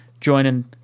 joining